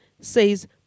says